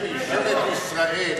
כנראה ממשלת ישראל,